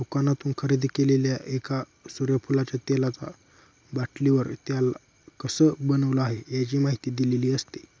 दुकानातून खरेदी केलेल्या एका सूर्यफुलाच्या तेलाचा बाटलीवर, त्याला कसं बनवलं आहे, याची माहिती दिलेली असते